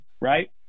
right